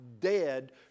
dead